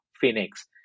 Phoenix